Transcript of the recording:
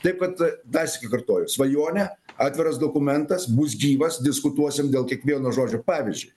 taip kad dar sykį kartoju svajonė atviras dokumentas bus gyvas diskutuosim dėl kiekvieno žodžio pavyzdžiui